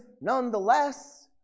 nonetheless